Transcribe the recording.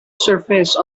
surface